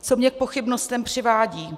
Co mě k pochybnostem přivádí?